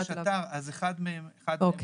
יש אפליקציה ויש אתר, אחד מהם נגיש.